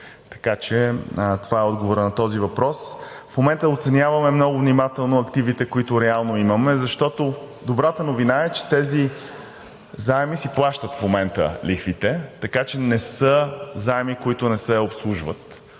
Така че това е отговорът на този въпрос. В момента оценяваме много внимателно активите, които реално имаме, защото – добрата новина е, че на тези заеми си плащат в момента лихвите, така че не са заеми, които не се обслужват.